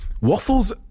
Waffles